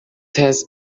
has